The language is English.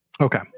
Okay